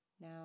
Now